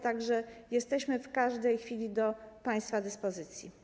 Tak że jesteśmy w każdej chwili do państwa dyspozycji.